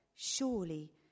Surely